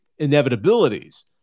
inevitabilities